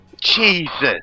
Jesus